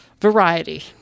Variety